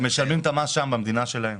הם משלמים את המס במדינה שלהם.